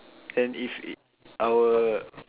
then if it our